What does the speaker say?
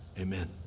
Amen